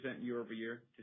year-over-year